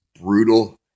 brutal